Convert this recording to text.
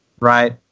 right